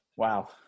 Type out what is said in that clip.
Wow